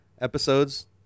episodes